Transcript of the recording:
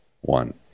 one